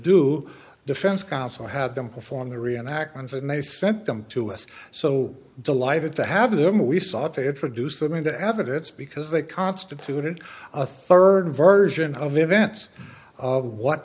do defense counsel had them perform the reenactments and they sent them to us so delighted to have them we sought to introduce them into evidence because they constituted a third version of events of what